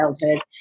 childhood